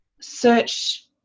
search